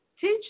Teach